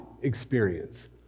experience